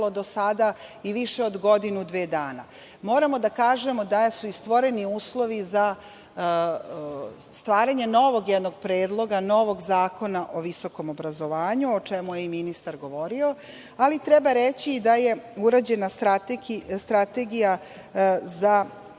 do sada i više od godinu-dve dana, moramo da kažemo da su i stvoreni uslovi za stvaranje novog jednog predloga novog zakona o visokom obrazovanju, o čemu je i ministar govorio. Ali, treba reći i da je urađena Strategija za